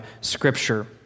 scripture